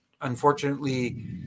unfortunately